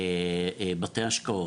בתי השקעות.